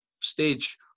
stage